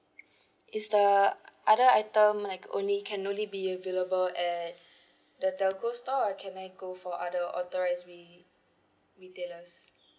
is the other item like only can only be available at the telco store or can I go for other authorised re~ retailers